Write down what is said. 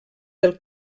del